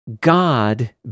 God